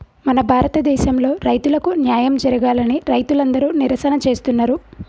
మన భారతదేసంలో రైతులకు న్యాయం జరగాలని రైతులందరు నిరసన చేస్తున్నరు